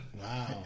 Wow